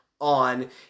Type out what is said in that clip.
on